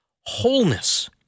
wholeness